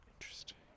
Interesting